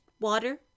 water